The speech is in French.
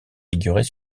figurait